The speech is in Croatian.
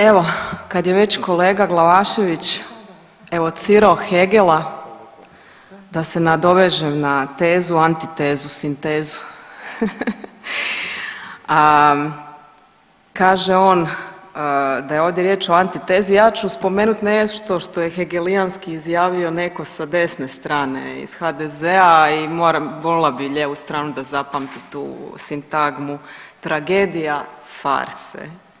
Evo kad je već kolega Glavašević evocirao Hegela da se nadovežem na tezu, antitezu, sintezu, kaže on da je ovdje riječ o antitezi, ja ću spomenut nešto što je Hegelijanski izjavio neko sa desne strane iz HDZ-a i molila bi lijevu stranu da zapamti tu sintagmu tragedija farse.